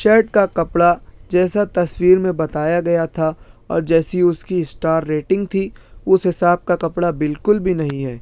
shirt کا کپڑا جیسا تصویر میں بتایا گیا تھا اور جیسی اُس کی اسٹار ریٹنگ تھی اُس حساب کا کپڑا بالکل بھی نہیں ہے